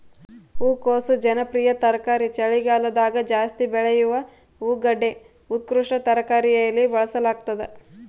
ಹೂಕೋಸು ಜನಪ್ರಿಯ ತರಕಾರಿ ಚಳಿಗಾಲದಗಜಾಸ್ತಿ ಬೆಳೆಯುವ ಹೂಗಡ್ಡೆ ಉತ್ಕೃಷ್ಟ ತರಕಾರಿಯಲ್ಲಿ ಬಳಸಲಾಗ್ತದ